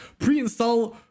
Pre-install